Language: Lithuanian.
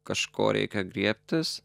kažko reikia griebtis